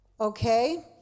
Okay